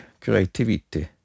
creativity